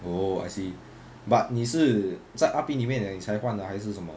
oh I see but 你是在 R_P 里面 liao 你才换还是什么